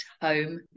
home